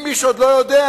אם מישהו עוד לא יודע,